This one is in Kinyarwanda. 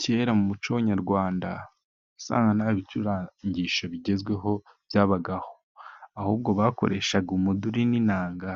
Kera mu mucyo nyarwanda wangaga nta ibicurangisho bigezweho byabagaho, ahubwo bakoreshaga umuduri n'inanga,